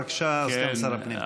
בבקשה, סגן שר הפנים.